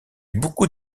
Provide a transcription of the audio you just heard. beaucoup